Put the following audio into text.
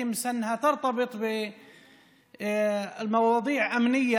אפקטיבי ומוצלח בצמצום התפשטות מגפת האלימות,